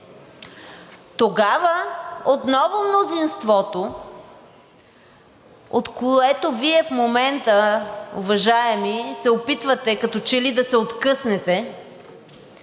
Тогава отново мнозинството, от което Вие в момента, уважаеми, се опитвате като че ли да се откъснете,